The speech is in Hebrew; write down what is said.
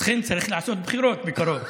לכן צריך לעשות בחירות בקרוב.